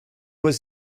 was